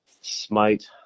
smite